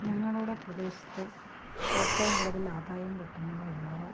ഞങ്ങളുടെ പ്രദേശത്ത് ഏറ്റവും കൂട്തൽ ആദായം കിട്ടുന്ന വിളകൾ